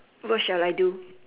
what shall I do